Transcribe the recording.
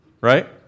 right